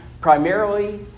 primarily